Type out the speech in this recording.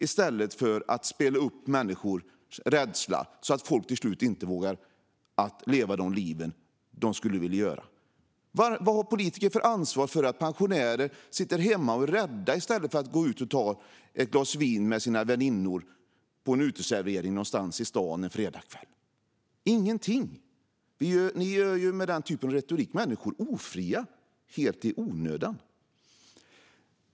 I stället spelar ni upp människors rädsla så att folk till slut inte vågar leva de liv de skulle vilja. Vilket ansvar tar politiker för att pensionärer sitter hemma och är rädda? De kunde i stället gå ut en fredagskväll och ta ett glas vin med sina väninnor på en uteservering någonstans på stan. Svaret är: Ingenting. Med detta slags retorik gör ni människor ofria, helt i onödan.